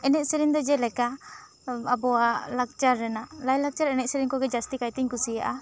ᱮᱱᱮᱡ ᱥᱮᱨᱮᱧ ᱫᱚ ᱡᱮᱞᱮᱠᱟ ᱟᱵᱚᱣᱟᱜ ᱞᱟᱠᱪᱟᱨ ᱨᱮᱱᱟᱜ ᱞᱟᱭ ᱞᱟᱠᱪᱟᱨ ᱮᱱᱮᱡ ᱥᱮᱨᱮᱧ ᱡᱟᱹᱥᱛᱤ ᱠᱟᱭ ᱛᱤᱧ ᱠᱩᱥᱤᱭᱟᱜ ᱟ